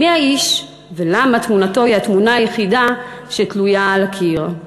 מי האיש ולמה תמונתו היא התמונה היחידה שתלויה על הקיר.